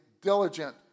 diligent